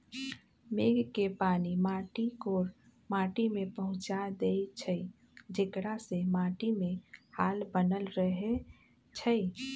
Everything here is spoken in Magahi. मेघ के पानी माटी कोर माटि में पहुँचा देइछइ जेकरा से माटीमे हाल बनल रहै छइ